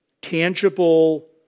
Tangible